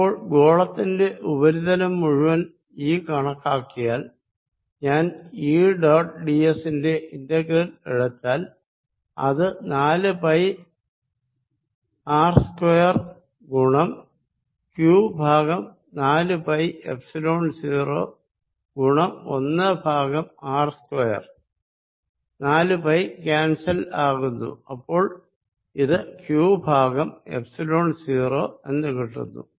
അപ്പോൾ ഗോളത്തിന്റെ ഉപരിതലം മുഴുവൻ ഈ കണക്കാക്കിയാൽ ഞാൻ ഈ ഡോട്ട് ഡിഎസ് ന്റെ ഇന്റഗ്രൽ എടുത്താൽ അത് നാല് പൈ ആർ സ്ക്വയർ ഗുണം ക്യൂ ഭാഗം നാലു പൈ എപ്സിലോൺ 0 ഗുണം ഒന്ന് ഭാഗം ആർ സ്ക്വയർ നാല് പൈ ക്യാൻസൽ ആകുന്നു അപ്പോൾ ഇത് ക്യൂ ഭാഗം എപ്സിലോൺ 0 എന്ന് കിട്ടുന്നു